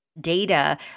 Data